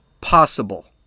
possible